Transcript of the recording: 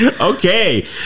Okay